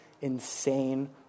insane